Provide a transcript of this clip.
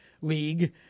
league